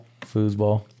Foosball